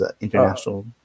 international